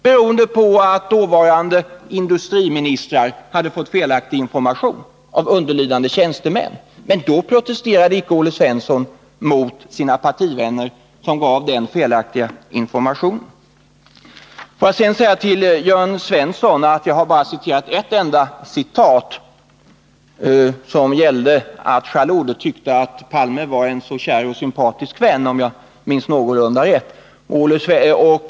Det berodde på att dåvarande industriministrar hade fått felaktig information av underlydande tjänstemän. Men då protesterade inte Olle Svensson mot sina partivänner Får jag sedan till Jörn Svensson säga att jag bara har återgivit ett enda citat. Onsdagen den Det gällde — om jag minns någorlunda rätt — att Jalloud tyckte att Olof Palme 20 maj 1981 var en så kär och sympatisk vän.